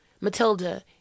matilda